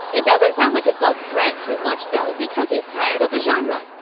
it doesn't sound like it bugs grant too much, though, because he's tired of the genre.